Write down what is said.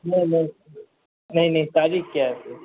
नहीं नहीं नहीं नहीं तारीख़ क्या है